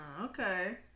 okay